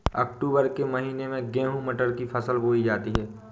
अक्टूबर के महीना में गेहूँ मटर की फसल बोई जाती है